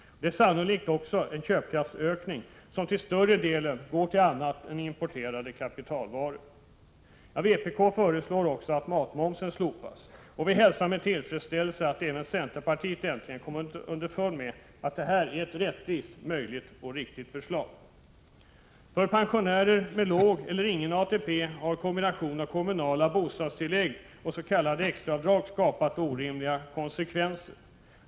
Det är sannolikt också en köpkraftsökning som till större delen går till annat än importerade kapitalvaror. Vpk föreslår också att matmomsen slopas. Vi hälsar med tillfredsställelse att även centerpartiet äntligen kommit underfund med att detta är ett rättvist, möjligt och riktigt förslag. För pensionärer med låg eller ingen ATP får kombinationen av kommunala bostadstillägg och de s.k. extra avdragen orimliga konsekvenser.